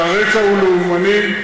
כשהרקע הוא לאומני,